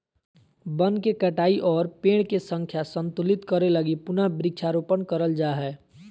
वन के कटाई और पेड़ के संख्या संतुलित करे लगी पुनः वृक्षारोपण करल जा हय